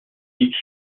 each